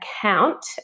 account